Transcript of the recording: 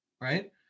right